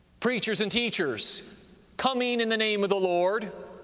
preachers and teachers coming in the name of the lord,